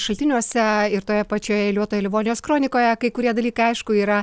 šaltiniuose ir toje pačioje eiliuotoje livonijos kronikoje kai kurie dalykai aišku yra